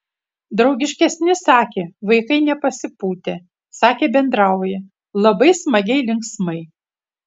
draugiškesni sakė vaikai nepasipūtę sakė bendrauja labai smagiai linksmai